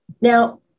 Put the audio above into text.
Now